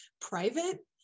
private